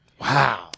Wow